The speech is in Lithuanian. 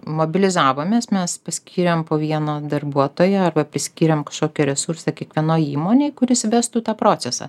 mobilizavomės mes paskyrėm po vieną darbuotoją arba priskyrėm kažkokį resursą kiekvienoj įmonėj kuris vestų tą procesą